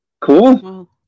cool